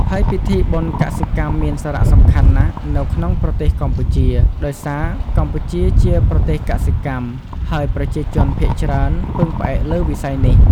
ហើយពិធីបុណ្យកសិកម្មមានសារៈសំខាន់ណាស់នៅក្នុងប្រទេសកម្ពុជា ដោយសារកម្ពុជាជាប្រទេសកសិកម្ម ហើយប្រជាជនភាគច្រើនពឹងផ្អែកលើវិស័យនេះ។